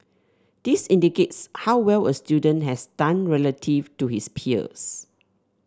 this indicates how well a student has done relative to his peers